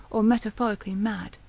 or metaphorically mad,